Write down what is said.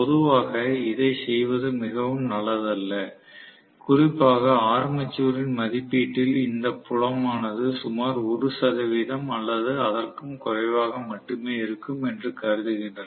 பொதுவாக இதை செய்வது மிகவும் நல்லதல்ல குறிப்பாக ஆர்மேச்சரின் மதிப்பீட்டில் இந்த புலம் ஆனது சுமார் 1 சதவீதம் அல்லது அதற்கும் குறைவாக மட்டுமே இருக்கும் என்று கருதுகின்றனர்